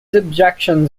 objections